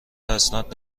اسناد